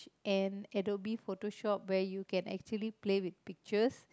and Adobe Photoshop where you can actually play with pictures